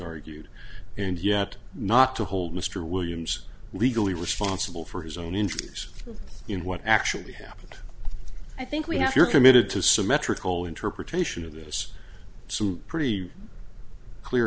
argued and yet not to hold mr williams legally responsible for his own injuries in what actually happened i think we have your committed to symmetrical interpretation of this some pretty clear